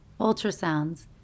ultrasounds